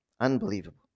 Unbelievable